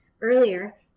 Earlier